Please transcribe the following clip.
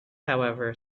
however